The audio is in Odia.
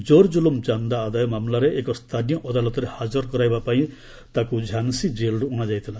ଜୋରଜୁଲୁମ୍ ଚାନ୍ଦା ଆଦାୟ ମାମଲାରେ ଏକ ସ୍ଥାନୀୟ ଅଦାଲତରେ ହାଜର କରାଇବା ପାଇଁ ତାକୁ ଝାନ୍ସି କେଲ୍ରୁ ଅଣାଯାଇଥିଲା